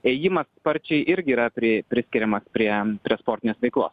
ėjimas sparčiai irgi yra pri priskiriamas prie prie sportinės veilkos